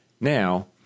Now